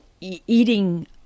eating